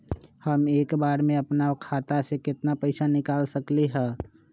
हम एक बार में अपना खाता से केतना पैसा निकाल सकली ह?